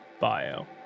bio